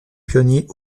pionnier